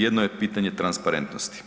Jedno je pitanje transparentnosti.